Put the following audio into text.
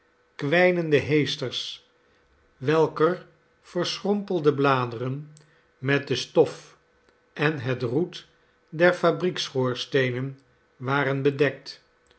kwijnende heesters welker verschrompelde bladeren met de stof en het roet der fabriekschoorsteenen waren bedekt